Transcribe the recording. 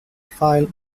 file